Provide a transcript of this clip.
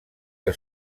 que